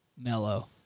mellow